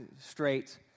straight